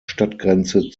stadtgrenze